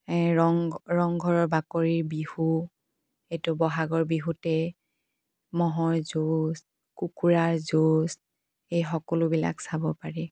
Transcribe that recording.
ৰং ৰংঘৰৰ বাকৰিৰ বিহু এইটো বহাগৰ বিহুতে ম'হৰ যুঁজ কুকুৰাৰ যুঁজ এই সকলোবিলাক চাব পাৰি